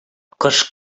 кыш